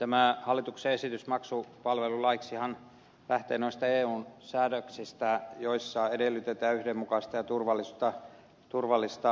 tämä hallituksen esitys maksupalvelulaiksihan lähtee noista eun säädöksistä joissa edellytetään yhdenmukaista ja turvallista maksujärjestelmää